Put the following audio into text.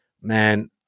man